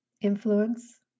influence